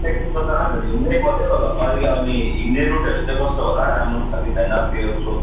tracking गर्दा हजुर हिँड्नै पर्यो अलिअलि हिँड्ने रुटहरू चाहिँ कस्तो होला राम्रो छ कि छैन त्यो सोध्